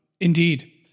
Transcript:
Indeed